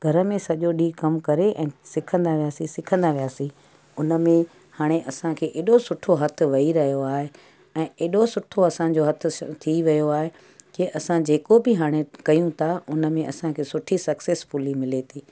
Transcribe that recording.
घर में सॼो ॾींहुं कमु करे ऐं सिखंदा वियासीं सिखंदा वियासीं उनमें हाणे असांखे एॾो सुठो हथु वेही रहियो आहे ऐं एॾो सुठो असांजो हथु सु थी वियो आहे के असां जेको बि हाणे कयूं था उनमें असांखे सुठी सक्सेस्फ़ुली मिले थी